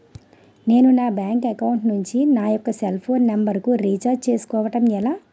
నేను నా bank account నుంచి నా యెక్క సెల్ ఫోన్ నంబర్ కు రీఛార్జ్ చేసుకోవడం ఎలా?